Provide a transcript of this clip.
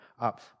up